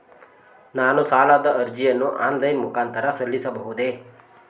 ನಾನು ಸಾಲದ ಅರ್ಜಿಯನ್ನು ಆನ್ಲೈನ್ ಮುಖಾಂತರ ಸಲ್ಲಿಸಬಹುದೇ?